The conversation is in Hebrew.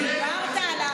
דיברת על האחרים,